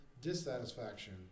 dissatisfaction